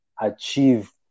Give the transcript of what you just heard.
achieve